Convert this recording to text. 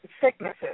sicknesses